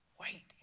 wait